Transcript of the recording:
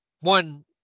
One